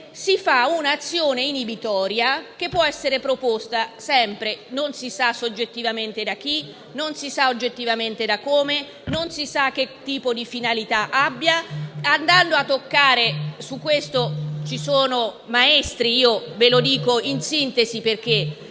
si fa un'azione inibitoria che può essere proposta sempre, non si sa soggettivamente da chi, non si sa oggettivamente come e non si sa con che tipo di finalità - su questo ci sono maestri e io lo dico in sintesi, perché